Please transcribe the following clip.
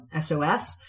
SOS